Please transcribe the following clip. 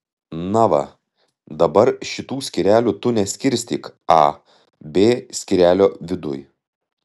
na va dabar šitų skyrelių tu neskirstyk a b skyrelio viduj